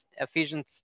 Ephesians